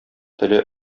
теле